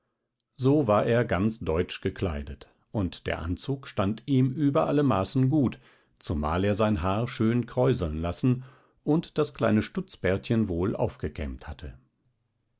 so war er ganz deutsch gekleidet und der anzug stand ihm über alle maßen gut zumal er sein haar schön kräuseln lassen und das kleine stutzbärtchen wohl aufgekämmt hatte